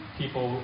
people